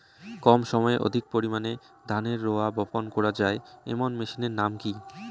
কম সময়ে অধিক পরিমাণে ধানের রোয়া বপন করা য়ায় এমন মেশিনের নাম কি?